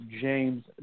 James